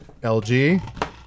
LG